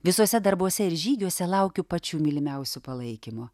visuose darbuose ir žygiuose laukiu pačių mylimiausių palaikymo